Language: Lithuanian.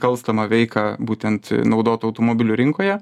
kalstamą veiką būtent naudotų automobilių rinkoje